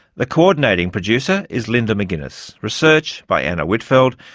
the coordinating producer is linda mcginnis. research by anna whitfeld.